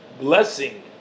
blessing